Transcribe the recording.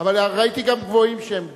אבל ראיתי גם גבוהים שהם גדולים.